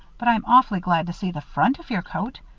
but i'm awfully glad to see the front of your coat.